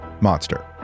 Monster